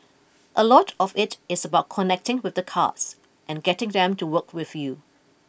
a lot of it is about connecting with the cards and getting them to work with you